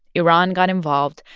iran got involved,